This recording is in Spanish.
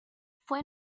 fue